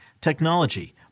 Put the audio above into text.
technology